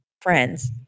Friends